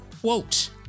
quote